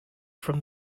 from